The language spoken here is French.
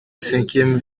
cinquième